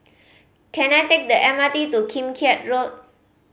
can I take the M R T to Kim Keat Road